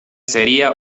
sería